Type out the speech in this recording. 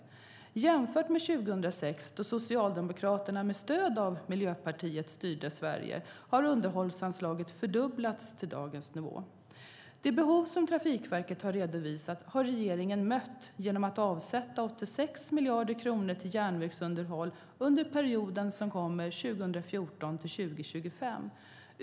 Jämfört med 2006, då Socialdemokraterna med stöd av Miljöpartiet styrde Sverige, har underhållsanslaget fördubblats till dagens nivå. Det behov som Trafikverket har redovisat har regeringen mött genom att avsätta 86 miljarder kronor till järnvägsunderhåll under perioden 2014-2025.